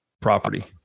property